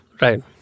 right